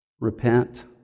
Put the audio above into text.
repent